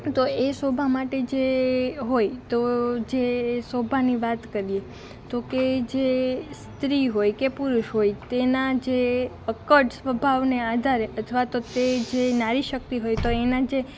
તો એ શોભા માટે જે હોય તો જે શોભાની વાત કરીએ તો કહે જે સ્ત્રી હોય કે પુરુષ હોય તેના જે અક્કડ સ્વભાવને આધારે અથવા તો તે જે નારી શક્તિ હોય તો એના જે